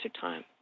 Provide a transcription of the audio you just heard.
time